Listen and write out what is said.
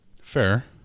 Fair